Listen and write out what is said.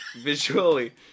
Visually